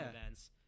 events